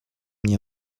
nie